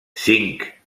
cinc